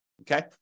okay